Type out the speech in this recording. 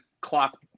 clock